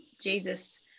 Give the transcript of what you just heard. Jesus